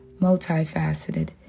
multifaceted